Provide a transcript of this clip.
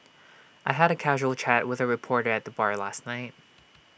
I had A casual chat with A reporter at the bar last night